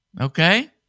Okay